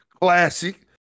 Classic